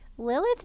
Lilith